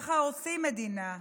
כך הורסים מדינה.